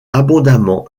abondamment